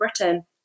Britain